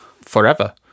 forever